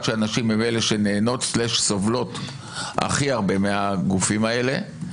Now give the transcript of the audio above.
שהנשים הן אלה שנהנות/סובלות הכי הרבה מהגופים האלה,